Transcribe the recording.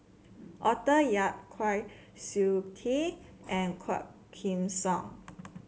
Arthur Yap Kwa Siew Tee and Quah Kim Song